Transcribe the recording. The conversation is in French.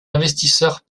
investisseurs